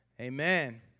amen